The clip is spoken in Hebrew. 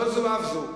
לא זו אף זו,